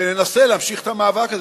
וננסה להמשיך את המאבק הזה,